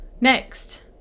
Next